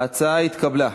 ההמלצה התקבלה.